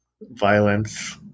violence